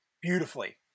beautifully